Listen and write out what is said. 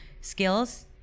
skills